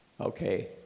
okay